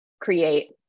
create